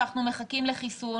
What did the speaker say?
ואנחנו מחכים לחיסון,